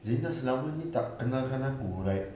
zina selama ini tak kenalkan aku like